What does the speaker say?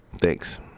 Thanks